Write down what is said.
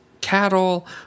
cattle